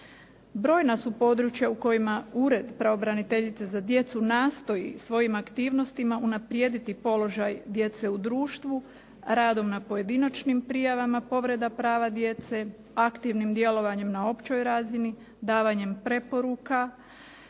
Brojna su područja u kojima ured pravobraniteljice za djecu nastoji svojim aktivnostima unaprijediti položaj djece u društvu radom na pojedinačnim prijavama povreda prava djece, aktivnim djelovanjem na općoj razini, davanjem preporuke,